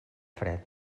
fred